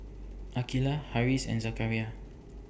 Aqeelah Harris and Zakaria